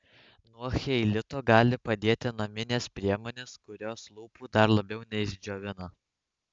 nuo cheilito gali padėti naminės priemonės kurios lūpų dar labiau neišdžiovina